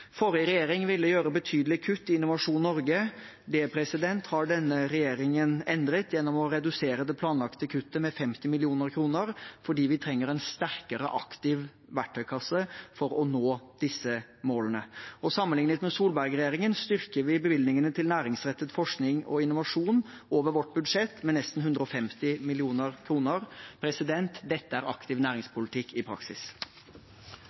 Forrige regjering ville gjøre betydelige kutt i Innovasjon Norge. Det har denne regjeringen endret gjennom å redusere det planlagte kuttet med 50 mill. kr, fordi vi trenger en sterkere aktiv verktøykasse for å nå disse målene. Sammenlignet med Solberg-regjeringen styrker vi også bevilgningene til næringsrettet forskning og innovasjon over vårt budsjett med nesten 150 mill. kr. Dette er aktiv næringspolitikk i praksis.